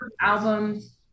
albums